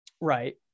Right